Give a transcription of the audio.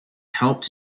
helped